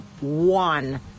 one